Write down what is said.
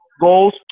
goals